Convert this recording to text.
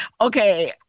okay